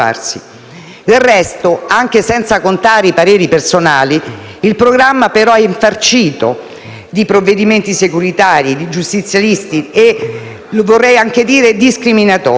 Del resto, anche senza contare i pareri personali, il programma è infarcito di provvedimenti securitari e giustizialisti e, vorrei anche dire, discriminatori.